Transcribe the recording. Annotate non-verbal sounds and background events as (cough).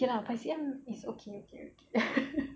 okay lah five C_M is okay okay (laughs)